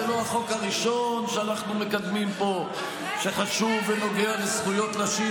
זה לא החוק הראשון החשוב שאנחנו מקדמים פה ונוגע לזכויות נשים,